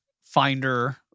finder